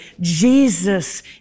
Jesus